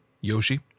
Yoshi